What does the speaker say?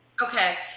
Okay